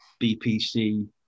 BPC